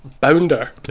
Bounder